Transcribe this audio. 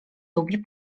lubi